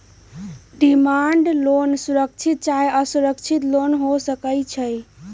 demand loan सुरक्षित चाहे असुरक्षित लोन हो सकइ छै